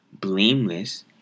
blameless